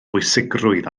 bwysigrwydd